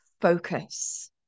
focus